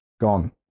gone